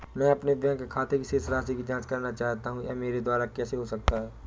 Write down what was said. मैं अपने बैंक खाते की शेष राशि की जाँच करना चाहता हूँ यह मेरे द्वारा कैसे हो सकता है?